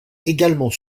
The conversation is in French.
également